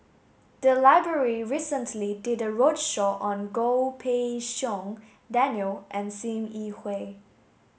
the library recently did a roadshow on Goh Pei Siong Daniel and Sim Yi Hui